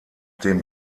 dem